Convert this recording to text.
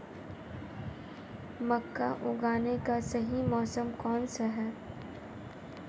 मक्का उगाने का सही मौसम कौनसा है?